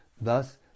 Thus